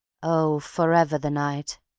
oh, forever the night!